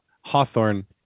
Hawthorne